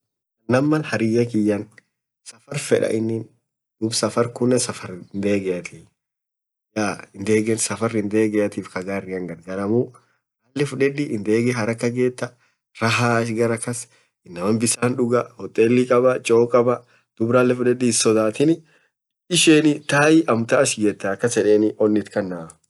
maal naam harriyya kiyya safarr fedda ininn safarr kuuneen safaarr hindegeatt, safarr hindegeattif kaa garrian gargaramuu ralee fudeddi hindegee harakaa getaa rahaa ach garra kaas innaman bissan dugaah, hotelii kabaa, choo kabaa, duub ralle fudeddi hinsodatinii ishenii taai amtaan ach getta akass edeeni onn itkanaa.